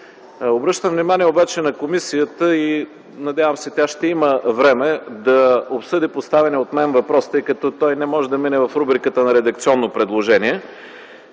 Обръщам внимание на комисията и надявам се, че тя ще има време да обсъди поставения от мен въпрос, тъй като той не може да мине в рубриката на редакционните предложения.